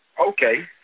Okay